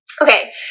Okay